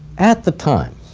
at the time,